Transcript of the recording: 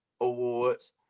Awards